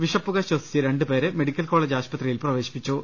വിഷപ്പുക ശ്വസിച്ച് രണ്ടുപേരെ medical college ആശുപത്രിയിൽ പ്രവേശിപ്പിച്ചു